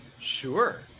Sure